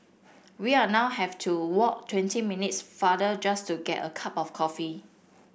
we are now have to walk twenty minutes farther just to get a cup of coffee